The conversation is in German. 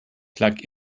plug